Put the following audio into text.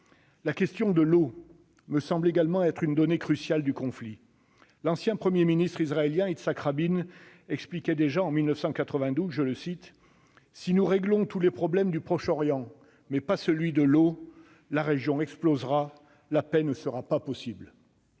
La question de l'eau me semble également être une donnée cruciale du conflit. L'ancien Premier ministre israélien Yitzhak Rabin l'expliquait déjà en 1992 :« Si nous réglons tous les problèmes du Proche-Orient, mais pas celui du partage de l'eau, la région explosera. La paix ne sera pas possible. »